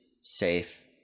safe